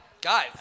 Guys